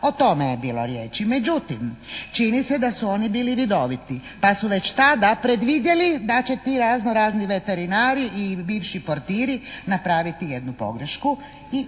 O tome je bilo riječi. Međutim, čini se da su oni bili vidoviti, pa su već tada predvidjeli da će ti razno-razni veterinari i bivši portiri napraviti jednu pogrešku i trebat